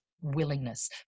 willingness